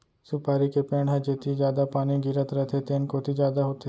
सुपारी के पेड़ ह जेती जादा पानी गिरत रथे तेन कोती जादा होथे